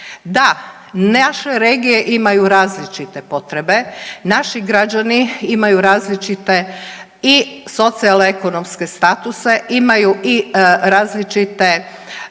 Da, naše regije imaju različite potrebe, naši građani imaju različite i socijalekonomske statuse, imaju i različite